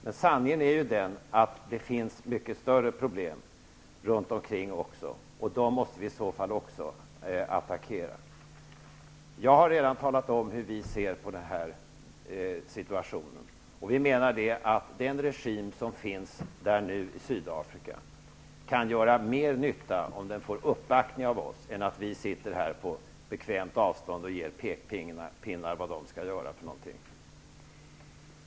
Men sanningen är att det finns mycket större problem, också runt omkring oss, och dem måste vi i så fall också attackera. Jag har redan talat om hur vi ser på situationen. Vi menar att den regim som nu finns i Sydafrika kan göra mer nytta om den får uppbackning av oss än om vi här på bekvämt avstånd kommer med pekpinnar om vad man där skall göra.